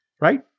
right